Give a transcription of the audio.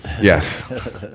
Yes